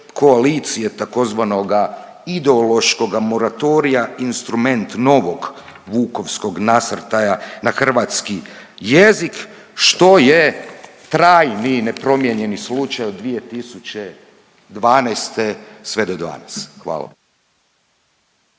koalicije tzv. ideološkoga moratorija instrument novog vukovskog nasrtaja na hrvatski jezik što je trajni nepromijenjeni slučaj od 2012. sve do danas. Hvala.